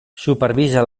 supervisa